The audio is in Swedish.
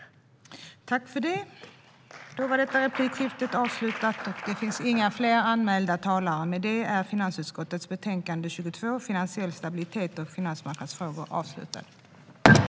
Finansiell stabilitet och finansmarknads-frågor